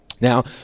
now